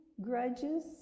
grudges